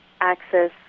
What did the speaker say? access